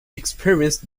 experienced